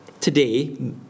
Today